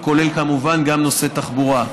הכולל כמובן גם את נושא התחבורה.